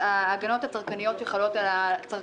הגנות על הצרכנים.